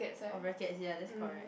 of rackets ya that's correct